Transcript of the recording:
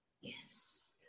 Yes